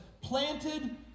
planted